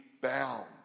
bound